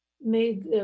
made